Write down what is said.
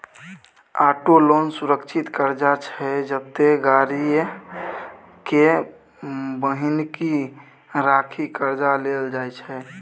auto loan सुरक्षित करजा छै जतय गाड़ीए केँ बन्हकी राखि करजा लेल जाइ छै